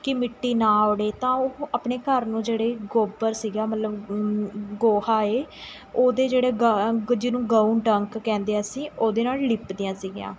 ਕਿ ਮਿੱਟੀ ਨਾ ਉੱਡੇ ਤਾਂ ਉਹ ਆਪਣੇ ਘਰ ਨੂੰ ਜਿਹੜੇ ਗੋਬਰ ਸੀਗਾ ਮਤਲਬ ਗੋਹਾ ਹੈ ਉਹਦੇ ਜਿਹੜੇ ਗਾ ਗ ਜਿਹਨੂੰ ਗਊ ਡੰਕ ਕਹਿੰਦੇ ਅਸੀਂ ਉਹਦੇ ਨਾਲ਼ ਲਿੱਪਦੀਆਂ ਸੀਗੀਆਂ